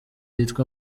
yitwa